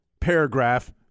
paragraph